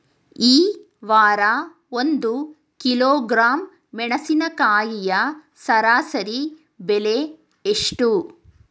ಈ ವಾರ ಒಂದು ಕಿಲೋಗ್ರಾಂ ಮೆಣಸಿನಕಾಯಿಯ ಸರಾಸರಿ ಬೆಲೆ ಎಷ್ಟು?